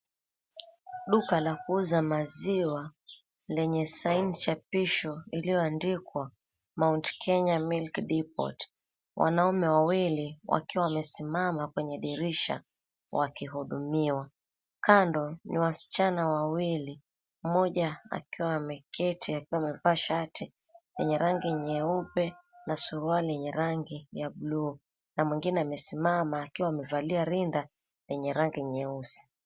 Duka la kuuza maziwa, lenye saini chapisho iliyoandikwa, Mount Kenya Milk Depot. Wanaume wawili wakiwa wamesimama kwenye dirisha, wakihudumiwa. Kando ni wasichana wawili, mmoja akiwa ameketi akiwa amevaa shati lenye rangi nyeupe, na suruali yenye rangi ya bluu. Na mwingine amesimama, akiwa amevalia rinda lenye rangi nyeusi.